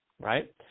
Right